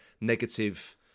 negative